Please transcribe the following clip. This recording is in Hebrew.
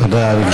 תודה, אדוני.